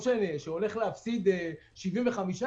היה צריך לחטוף מכות מעובד שלו?